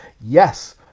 Yes